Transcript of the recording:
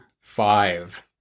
five